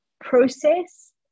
process